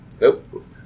Nope